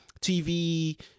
TV